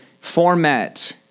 format